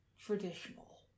traditional